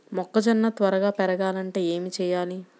మొక్కజోన్న త్వరగా పెరగాలంటే ఏమి చెయ్యాలి?